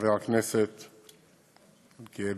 חבר הכנסת מלכיאלי,